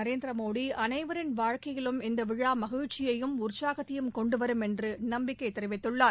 நரேந்திரமோடி அனைவரின் வாழ்க்கையிலும் இந்த விழா மகிழ்ச்சியையும் உற்சாகத்தையும் கொண்டுவரும் என்று நம்பிக்கை தெரிவித்துள்ளார்